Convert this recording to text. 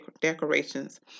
decorations